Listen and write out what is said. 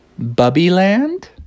Bubbyland